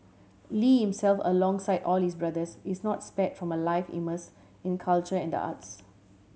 Lee himself alongside all his brothers is not spare from a life immerse in culture and the arts